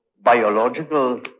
biological